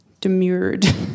demurred